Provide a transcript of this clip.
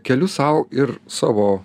keliu sau ir savo